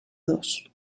dos